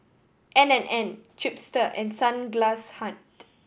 N and N Chipster and Sunglass Hut